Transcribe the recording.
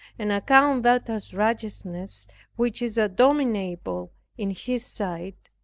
and account that as righteousness which is abominable in his sight,